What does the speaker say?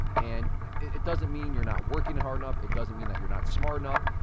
and it doesn't mean you're not working hard enough. it doesn't mean that you're not smart enough.